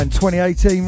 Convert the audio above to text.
2018